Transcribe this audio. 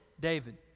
David